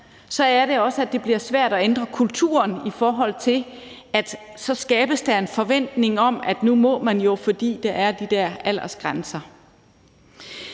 er det også, at det bliver svært at ændre kulturen, for så skabes der en forventning om, at nu må man jo, fordi der er de der aldersgrænser.